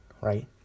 right